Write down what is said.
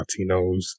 Latinos